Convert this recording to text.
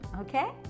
okay